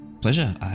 pleasure